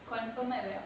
confirm ah